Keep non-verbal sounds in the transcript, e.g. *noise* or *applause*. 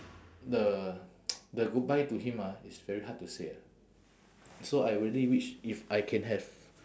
the *noise* the goodbye to him ah it's very hard to say ah so I really wish if I can have